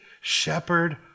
shepherd